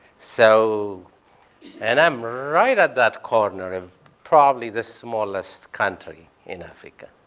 so and i'm right at that corner of probably the smallest country in africa,